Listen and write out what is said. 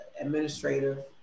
administrative